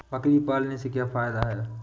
बकरी पालने से क्या फायदा है?